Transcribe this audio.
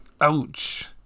Ouch